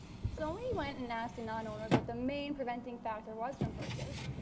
so when we went and asked the non-owners what the main preventing factor was from purchase,